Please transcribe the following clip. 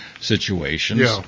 situations